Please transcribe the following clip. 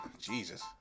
Jesus